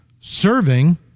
serving